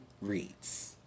Reads